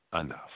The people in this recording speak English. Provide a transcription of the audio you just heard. Enough